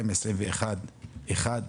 2021 אחד,